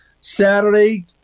Saturday